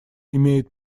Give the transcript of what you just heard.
имеет